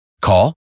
Call